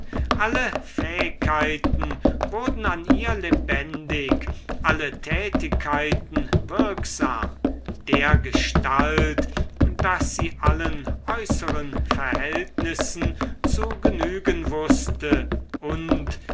alle fähigkeiten wurden an ihr lebendig alle tätigkeiten wirksam dergestalt daß sie allen äußeren verhältnissen zu genügen wußte und